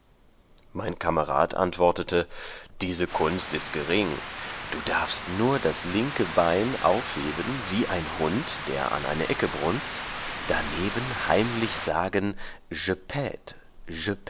mein kamerad antwortete diese kunst ist gering du darfst nur das linke bein aufheben wie ein hund der an eine ecke brunzt darneben heimlich sagen